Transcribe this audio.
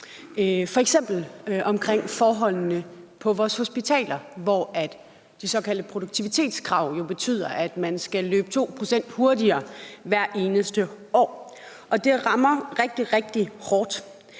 f.eks. være om forholdene på vores hospitaler, hvor de såkaldte produktivitetskrav jo betyder, at man skal løbe 2 pct. hurtigere hvert eneste år, og det rammer rigtig, rigtig hårdt.